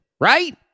right